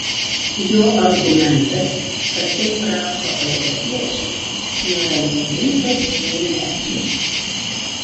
jo argumentas kad taip rašo europiečiai nėra nei rimtas nei moksliškas